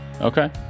Okay